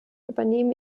übernehmen